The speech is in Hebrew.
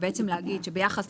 בעצם כבר